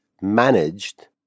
managed